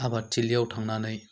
आबाद थिलियाव थांनानै